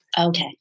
Okay